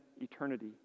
eternity